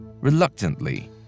reluctantly